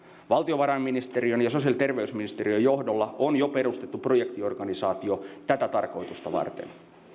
valtiovarainministeriön ja sosiaali ja terveysministeriön johdolla on jo perustettu projektiorganisaatio tätä tarkoitusta varten